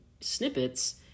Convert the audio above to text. snippets